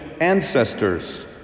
ancestors